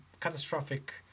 catastrophic